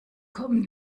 kommen